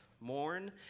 mourn